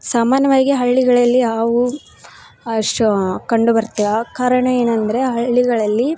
ಸಾಮಾನ್ಯವಾಗಿ ಹಳ್ಳಿಗಳಲ್ಲಿ ಹಾವು ಅಷ್ ಕಂಡು ಬರ್ತಾವೆ ಕಾರಣ ಏನಂದರೆ ಹಳ್ಳಿಗಳಲ್ಲಿ